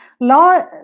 law